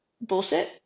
bullshit